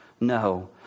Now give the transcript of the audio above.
No